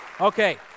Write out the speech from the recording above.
Okay